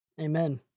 Amen